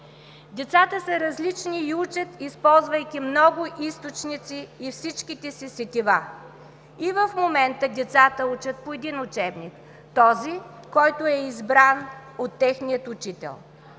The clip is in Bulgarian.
Децата са различни и учат, използвайки много източници и всичките си сетива. И в момента децата учат по един учебник – този, който е избран от техния учител.